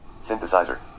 Synthesizer